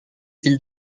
ils